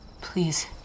Please